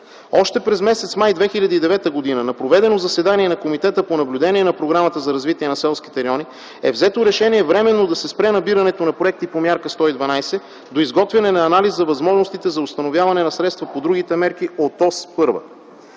Още през м. май 2009 г. на проведено заседание на Комитета по наблюдение на Програмата за развитие на селските райони е взето решение временно да се спре набирането на проекти по Мярка 112 до изготвяне на анализ за възможностите за установяване на средства по другите мерки от Ос